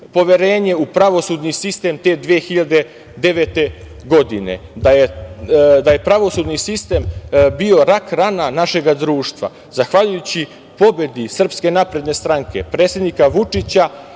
u pravosudni sistem te 2009. godine, da je pravosudni sistem bio rak rana našeg društva. Zahvaljujući pobedi SNS, predsednika Vučića,